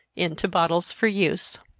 into bottles for use.